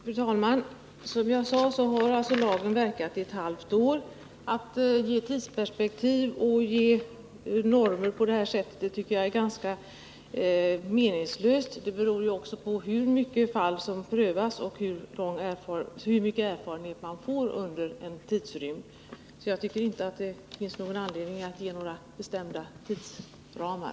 Fru talman! Som jag sade har lagen verkat i ett halvt år. Att ge tidsperspektiv och ange sådana normer som Oskar Lindkvist efterlyser tycker jag är meningslöst. Det beror också på hur många fall som prövas och hur mycket erfarenheter man får under en tidsrymd. Jag tycker därför inte det finns någon anledning att ange några bestämda tidsramar.